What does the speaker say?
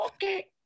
Okay